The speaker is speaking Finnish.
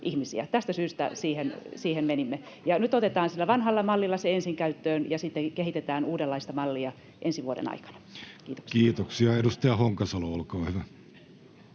Tästä syystä siihen menimme. Nyt otetaan se ensin käyttöön vanhalla mallilla ja sitten kehitetään uudenlaista mallia ensi vuoden aikana. — Kiitoksia. Kiitoksia. — Edustaja Honkasalo, olkaa hyvä.